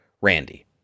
Randy